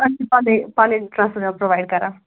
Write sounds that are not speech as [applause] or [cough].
پنٕنۍ پنٕنۍ پنٕنۍ [unintelligible] پرٛووایِڈ کَران